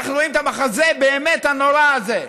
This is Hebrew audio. אנחנו רואים את המחזה הבאמת-נורא הזה.